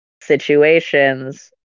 situations